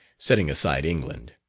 setting aside england.